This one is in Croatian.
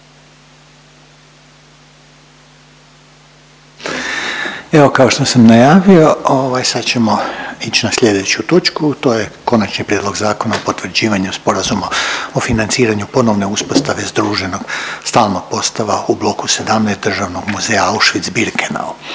Evo kao što sam najavio ovaj sad ćemo ić na slijedeću točku, to je: - Konačni prijedlog Zakona o potvrđivanju sporazuma o financiranju ponovne uspostave združenog stalnog postava u bloku 17 Državnog muzeja Auschwitz – Birkenau,